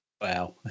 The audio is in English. Wow